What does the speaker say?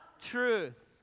truth